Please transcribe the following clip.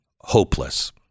hopeless